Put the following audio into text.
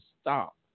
stop